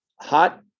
hot